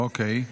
אוקיי.